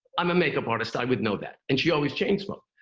i'm a makeup artist. i would know that. and she always chain-smoked.